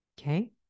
Okay